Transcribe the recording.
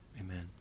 Amen